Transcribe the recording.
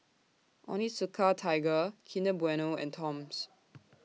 Onitsuka Tiger Kinder Bueno and Toms